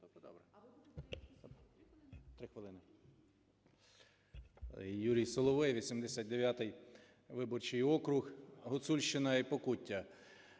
Юрій Соловей, 89 виборчий округ, Гуцульщина і Покуття.